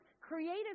creative